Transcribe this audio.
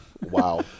Wow